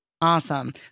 Awesome